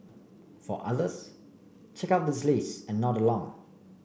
for others check out this list and nod along